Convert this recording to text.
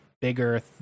bigger